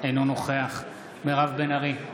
אינו נוכח מירב בן ארי,